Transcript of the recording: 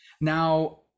Now